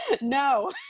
No